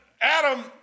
Adam